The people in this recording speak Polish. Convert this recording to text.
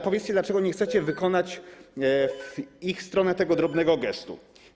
Powiedzcie, dlaczego nie chcecie wykonać w stronę kobiet tego drobnego gestu.